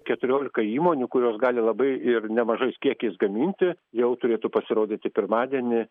keturiolika įmonių kurios gali labai ir nemažais kiekiais gaminti jau turėtų pasirodyti pirmadienį